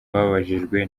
babajijwe